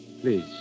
Please